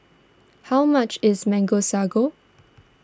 how much is Mango Sago